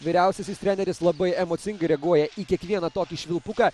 vyriausiasis treneris labai emocingai reaguoja į kiekvieną tokį švilpuką